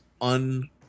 un